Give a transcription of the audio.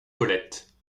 paulette